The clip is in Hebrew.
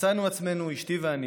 מצאנו את עצמנו אשתי ואני